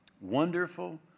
Wonderful